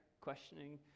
questioning